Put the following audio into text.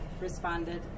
responded